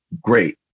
great